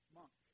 monk